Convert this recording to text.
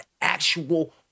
actual